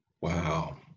Wow